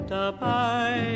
dabei